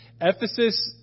Ephesus